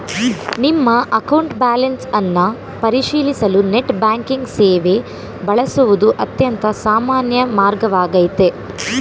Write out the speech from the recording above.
ನಿಮ್ಮ account balance ಅನ್ನ ಪರಿಶೀಲಿಸಲು ನೆಟ್ ಬ್ಯಾಂಕಿಂಗ್ ಸೇವೆ ಬಳಸುವುದು ಅತ್ಯಂತ ಸಾಮಾನ್ಯ ಮಾರ್ಗವಾಗೈತೆ